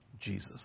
Jesus